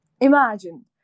Imagine